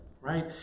Right